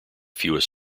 fewest